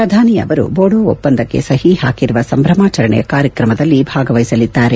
ಪ್ರಧಾನಿ ಅವರು ಬೋಡೋ ಒಪ್ಪಂದಕ್ಕೆ ಸಹಿ ಹಾಕಿರುವ ಸಂಭ್ರಮಾಚರಣೆಯ ಕಾರ್ಯಕ್ರಮದಲ್ಲಿ ಭಾಗವಹಿಸಲಿದ್ದಾರೆ